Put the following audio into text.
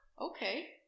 Okay